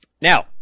Now